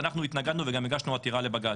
אנחנו התנגדנו וגם הגשנו עתירה לבג"ץ.